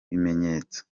bimenyetso